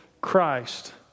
Christ